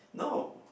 no